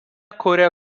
kuria